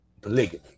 polygamy